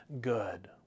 good